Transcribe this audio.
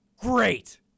great